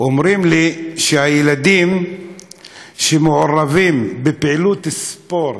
אומרים לי שהילדים שמעורבים בפעילות ספורט,